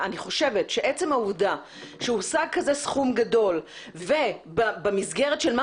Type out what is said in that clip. אני חושבת שעצם העובדה שהושג כזה סכום גדול ובמסגרת של מה